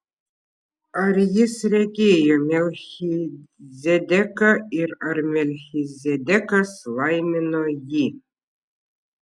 ar jis regėjo melchizedeką ir ar melchizedekas laimino jį